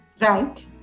Right